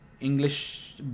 English